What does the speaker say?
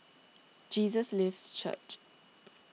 Jesus Lives Church